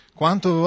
quanto